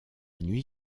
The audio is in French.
nuit